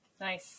Nice